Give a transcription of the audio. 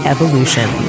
Evolution